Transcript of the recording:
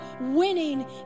winning